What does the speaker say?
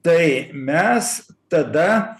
tai mes tada